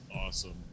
awesome